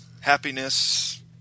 happiness